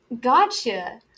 Gotcha